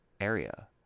area